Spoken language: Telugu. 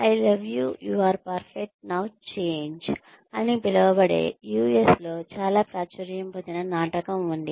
'I love you you are perfect now change ' 'I Love you you are perfect now change' అని పిలువబడే యుఎస్ లో చాలా ప్రాచుర్యం పొందిన నాటకం ఉంది